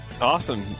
Awesome